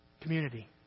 community